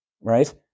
right